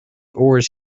oars